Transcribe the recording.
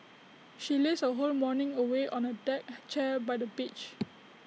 she lazed her whole morning away on A deck chair by the beach